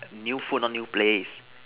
new food not new place